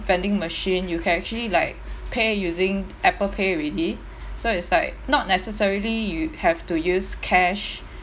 vending machine you can actually like pay using apple pay already so it's like not necessarily you have to use cash